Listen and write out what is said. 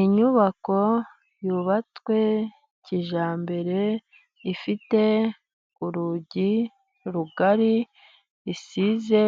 Inyubako yubatswe kijyambere, ifite urugi rugari, isize